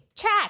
Chat